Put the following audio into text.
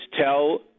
tell